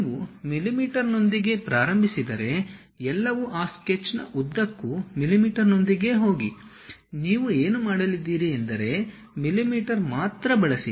ನೀವು mm ನೊಂದಿಗೆ ಪ್ರಾರಂಭಿಸಿದರೆ ಎಲ್ಲವೂ ಆ ಸ್ಕೆಚ್ನ ಉದ್ದಕ್ಕೂ mm ನೊಂದಿಗೆ ಹೋಗಿ ನೀವು ಏನು ಮಾಡಲಿದ್ದೀರಿ ಎಂದರೆ mm ಮಾತ್ರ ಬಳಸಿ